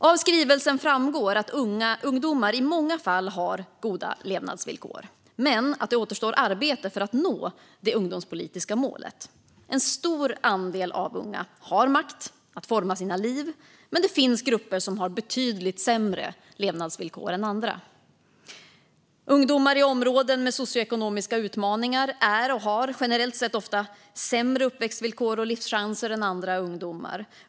Av skrivelsen framgår att ungdomar i många fall har goda levnadsvillkor men att det återstår arbete för att nå det ungdomspolitiska målet. En stor andel av unga har makt att forma sina liv, men det finns grupper som har betydligt sämre levnadsvillkor än andra. Ungdomar i områden med socioekonomiska utmaningar har generellt sett ofta sämre uppväxtvillkor och livschanser än andra ungdomar.